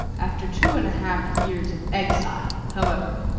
after two and a half years of exile, however,